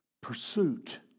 Pursuit